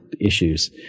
issues